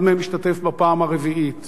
אחד מהם משתתף בפעם הרביעית,